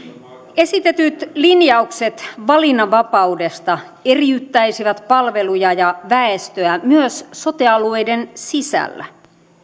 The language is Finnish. esitetyt linjaukset valinnanvapaudesta eriyttäisivät palveluja ja väestöä myös sote alueiden sisällä